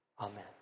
Amen